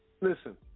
listen